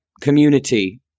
community